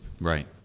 Right